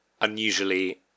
unusually